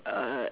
uh